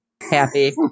happy